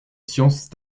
science